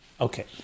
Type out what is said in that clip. Okay